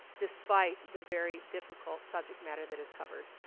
despite the very difficult subject matter that is covered.